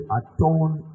atone